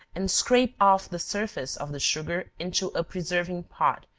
and scrape off the surface of the sugar into a preserving pot,